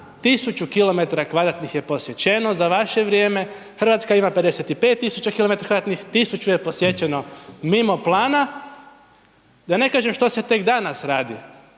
mimo plana, 1000 km2 je posječeno za vaše vrijeme, Hrvatska ima 55 000 km2, 1000 je posječeno mimo plana, da ne kažem što se tek danas radi,